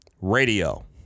Radio